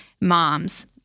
moms